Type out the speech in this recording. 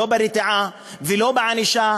לא בהרתעה ולא בענישה,